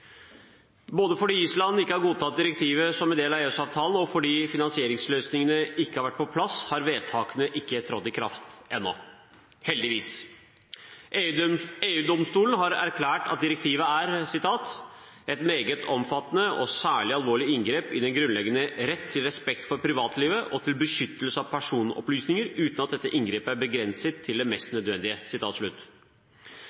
Både fordi Island ikke har godtatt direktivet som en del av EØS-avtalen og fordi finansieringsløsningene ikke har vært på plass, har vedtakene ikke trådt i kraft ennå – heldigvis. EU-domstolen har erklært at direktivet er «et meget omfattende og særlig alvorlig inngrep i den grunnleggende rett til respekt for privatlivet og til beskyttelse av personopplysninger, uten at dette inngrepet er begrenset til det mest